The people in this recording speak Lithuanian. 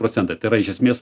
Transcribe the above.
procentai tai yra iš esmės